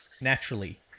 naturally